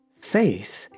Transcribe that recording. Faith